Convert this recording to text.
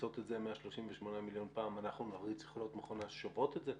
שמפיצות את זה 138 מיליון פעם אנחנו נריץ יכולות מכונה ששוברות את זה?